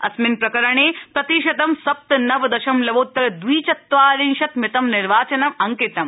अस्मिन् प्रकरणे प्रतिशतं सप्त नव दशमलवोत्तर द्वि चत्वारिंशत् मितं निर्वाचनम् अंकितम्